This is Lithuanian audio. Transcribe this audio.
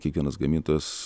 kiekvienas gamintojas